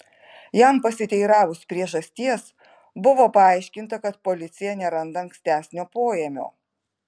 jam pasiteiravus priežasties buvo paaiškinta kad policija neranda ankstesnio poėmio